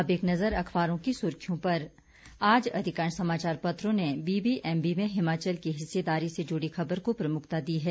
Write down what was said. अब एक नज़र अखबारों की सुर्खियों पर आज अधिकांश समाचार पत्रों ने बीबीएमबी में हिमाचल की हिस्सेदारी से जुड़ी खबर को प्रमुखता दी है